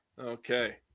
Okay